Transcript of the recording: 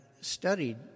studied